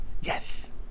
Yes